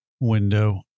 window